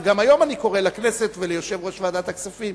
וגם היום אני קורא לכנסת וליושב-ראש ועדת הכספים,